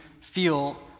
feel